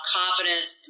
confidence